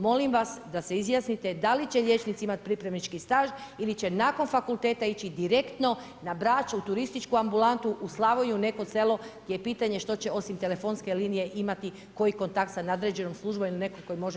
Molim vas da se izjasnite da li će liječnici imati pripravnički staž ili će nakon fakulteta ići direktno na Brač u turističku ambulantu, u Slavoniju u neko selo gdje je pitanje što će osim telefonske linije imati koji kontakt sa nadređenom službom ili netko tko može dati savjet.